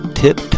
tip